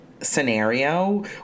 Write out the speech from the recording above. scenario